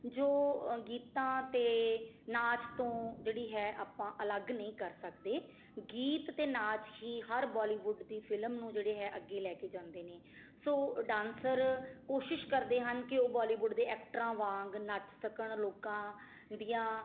ਜੋ ਗੀਤਾਂ ਅਤੇ ਨਾਚ ਤੋਂ ਜਿਹੜੀ ਹੈ ਆਪਾਂ ਅਲੱਗ ਨਹੀਂ ਕਰ ਸਕਦੇ ਗੀਤ ਅਤੇ ਨਾਚ ਹੀ ਹਰ ਬਾਲੀਵੁੱਡ ਦੀ ਫਿਲਮ ਨੂੰ ਜਿਹੜੇ ਹੈ ਅੱਗੇ ਲੈ ਕੇ ਜਾਂਦੇ ਨੇ ਸੋ ਡਾਂਸਰ ਕੋਸ਼ਿਸ਼ ਕਰਦੇ ਹਨ ਕਿ ਉਹ ਬਾਲੀਵੁੱਡ ਦੇ ਐਕਟਰਾਂ ਵਾਂਗ ਨੱਚ ਸਕਣ ਲੋਕਾਂ ਦੀਆਂ